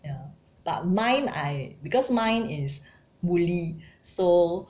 ya but mine I because mine is wooly so